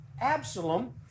Absalom